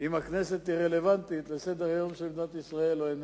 אם הכנסת היא רלוונטית לסדר-היום של מדינת ישראל או לא,